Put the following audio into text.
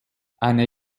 eine